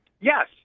Yes